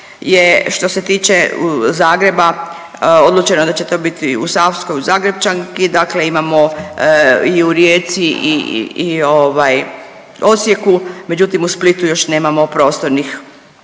što se tiče Zagreba odlučeno da će to biti u Savskoj, u Zagrepčanki, dakle imamo i u Rijeci ovaj, Osijeku, međutim, u Splitu još nemamo prostornih